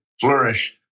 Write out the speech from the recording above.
flourish